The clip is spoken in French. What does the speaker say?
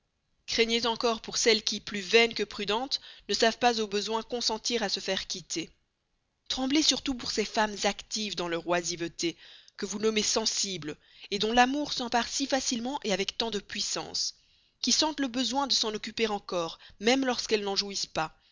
craignez encore pour celles qui plus vaines que prudentes ne savent pas au besoin consentir à se faire quitter tremblez surtout pour ces femmes actives dans leur oisiveté que vous nommez sensibles dont l'amour s'empare si facilement de toute l'existence qui sentent le besoin de s'en occuper encore même alors qu'elles n'en jouissent pas